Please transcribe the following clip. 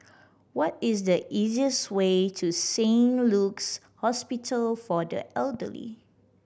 what is the easiest way to Saint Luke's Hospital for the Elderly